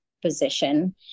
position